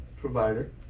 provider